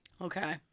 Okay